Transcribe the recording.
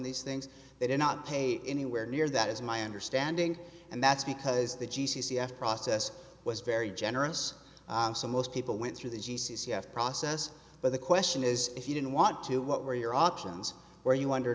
these things they did not pay anywhere near that is my understanding and that's because the g c f process was very generous so most people went through the g c c have process but the question is if you didn't want to what were your options were you under